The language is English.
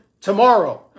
tomorrow